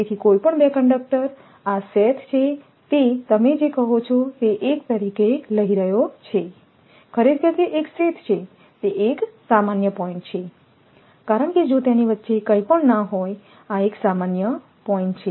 તેથી કોઈપણ 2 કંડક્ટર આ શેથ છે તે તમે જે કહો છો તે એક તરીકે લઈ રહ્યો છે ખરેખર તે એક શેથ છે તે એક સામાન્ય પોઇન્ટ્ છે કારણ કે જો તેની વચ્ચે કંઈ પણ ન હોય આ એક સામાન્ય પોઇન્ટ્ છે